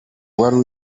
wari